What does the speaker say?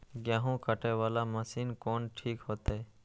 गेहूं कटे वाला मशीन कोन ठीक होते?